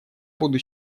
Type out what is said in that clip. буду